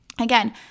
Again